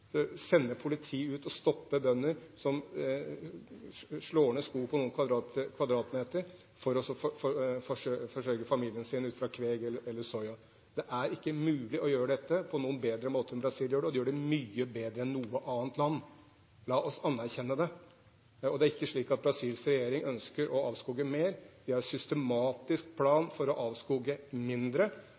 sende politiet ut og stoppe bønder som slår ned skog på noen kvadratmeter for å forsørge familien sin ut fra om de har kveg eller soya. Det er ikke mulig å gjøre dette på noen bedre måte enn Brasil gjør det, og de gjør det mye, mye bedre enn noe annet land. La oss anerkjenne det. Det er ikke slik at Brasils regjering ønsker å avskoge mer. De har en systematisk plan for å avskoge mindre,